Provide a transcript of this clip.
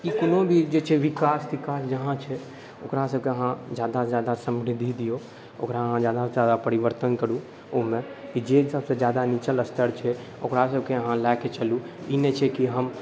की कोनो भी जे छै विकास तिकास जहाँ छै ओकरा सबके अहाँ जादा सँ जादा समृध्दि ओकरा अहाँ जादा सँ जादा परिवर्तन करूँ ओहिमे की जे सबसँ जादा निचला स्तर छै ओकरा सबके अहाँ लए के चलू ई नहि छै की हम